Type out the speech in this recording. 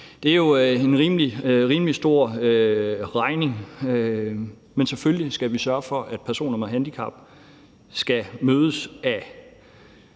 Det er jo en rimelig stor regning, men selvfølgelig skal vi sørge for, at personer med handicap skal mødes af